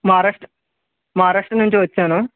మహారాష్ట్ర మహారాష్ట్ర నుంచి వచ్చాను